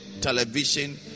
television